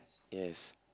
yes